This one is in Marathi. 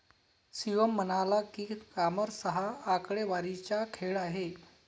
शिवम म्हणाला की, कॉमर्स हा आकडेवारीचा खेळ आहे